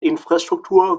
infrastruktur